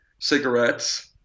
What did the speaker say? cigarettes